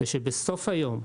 בסוף היום,